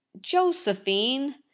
josephine